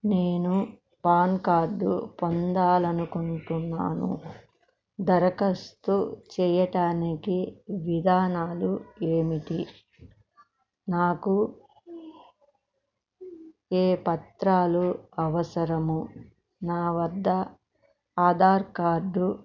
నేను PAN card పొందాలి అనుకుంటున్నాను దరఖాస్తు చేయటానికి విధానాలు ఏమిటి నాకు ఏ పత్రాలు అవసరము నా వద్ద ఆధార్ కార్డు